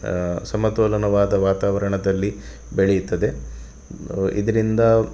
ಸಮತೋಲನವಾದ ವಾತಾವರಣದಲ್ಲಿ ಬೆಳೀತದೆ ಇದರಿಂದ